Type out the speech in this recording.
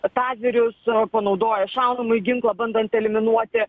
tazerius panaudojo šaunamąjį ginklą bandant eliminuoti